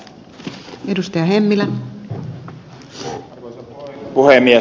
arvoisa puhemies